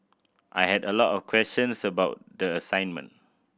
I had a lot of questions about the assignment